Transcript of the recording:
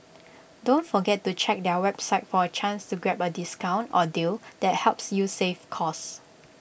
don't forget to check their website for A chance to grab A discount or deal that helps you save cost